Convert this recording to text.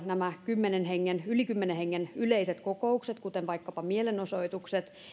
nämä yli kymmenen hengen yleiset kokoukset kuten vaikkapa mielenosoitukset